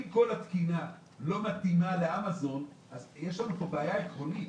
אם כל התקינה לא מתאימה לאמזון אז יש לנו פה בעיה עקרונית,